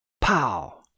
Pow